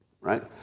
right